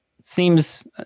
Seems